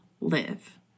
Live